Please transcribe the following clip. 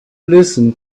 listen